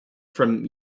from